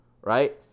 right